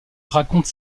raconte